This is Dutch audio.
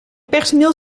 personeel